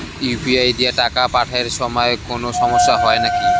UPI দিয়া টাকা পাঠের সময় কোনো সমস্যা হয় নাকি?